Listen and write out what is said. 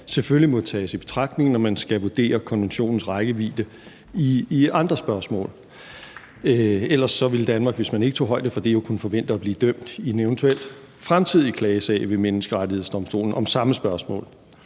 selvfølgelig må tages i betragtning, når man skal vurdere konventionens rækkevidde i andre spørgsmål. Ellers ville Danmark, hvis man ikke tog højde for det, jo kunne forvente at blive dømt i en eventuel fremtidig klagesag ved Menneskerettighedsdomstolen om samme spørgsmål.